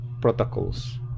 protocols